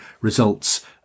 results